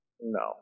No